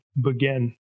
begin